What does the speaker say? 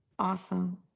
awesome